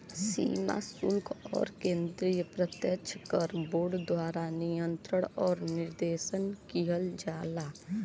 सीमा शुल्क आउर केंद्रीय प्रत्यक्ष कर बोर्ड द्वारा नियंत्रण आउर निर्देशन किहल जाला